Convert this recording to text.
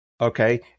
okay